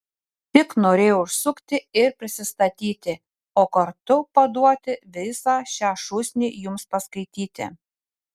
tik norėjau užsukti ir prisistatyti o kartu paduoti visą šią šūsnį jums paskaityti